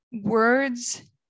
words